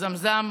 זמזם,